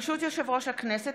ברשות יושב-ראש הכנסת,